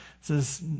says